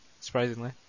surprisingly